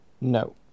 No